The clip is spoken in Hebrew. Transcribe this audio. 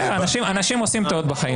אנשים עושים טעויות בחיים.